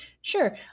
Sure